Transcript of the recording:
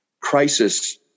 crisis